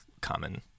common